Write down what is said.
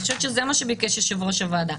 זה מה שביקש יושב-ראש הוועדה.